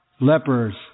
lepers